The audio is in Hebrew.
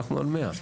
אנחנו על 100,